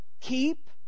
keep